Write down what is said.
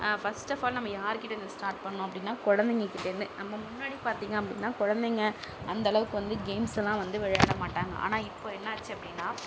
first of all நம்ம யாருகிட்டயிருந்து start பண்ணணும் அப்படின்னா குழந்தைங்ககிட்டேருந்து நம்ம முன்னாடி பார்த்திங்க அப்படின்னா குழந்தைங்க அந்தளவுக்கு வந்து கேம்ஸெல்லாம் வந்து விளையாட மாட்டாங்க ஆனால் இப்போது என்னாச்சு அப்படின்னா